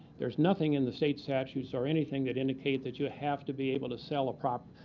there's nothing in the state statutes or anything that indicate that you have to be able to sell a crop.